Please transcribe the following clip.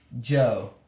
Joe